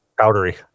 powdery